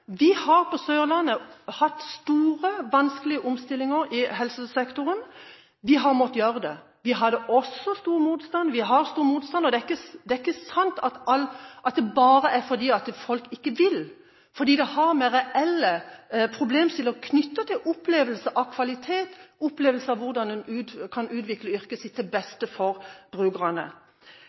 Vi kan ikke stoppe. På Sørlandet har vi hatt store og vanskelige omstillinger i helsesektoren. Vi har måttet foreta dem. Vi hadde også stor motstand, og vi har stor motstand. Det er ikke sant at det bare er fordi folk ikke vil, for det har med reelle problemstillinger å gjøre – knyttet til opplevelse av kvalitet, opplevelse av hvordan en kan utvikle yrket sitt til beste for brukerne.